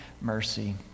mercy